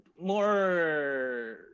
more